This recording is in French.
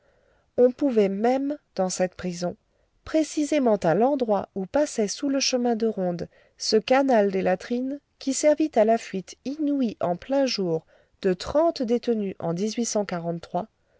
on pouvait même dans cette prison précisément à l'endroit où passait sous le chemin de ronde ce canal des latrines qui servit à la fuite inouïe en plein jour de trente détenus en